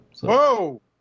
Whoa